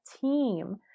team